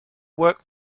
work